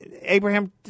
Abraham